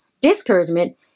Discouragement